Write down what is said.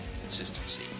consistency